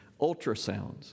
ultrasounds